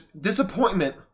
disappointment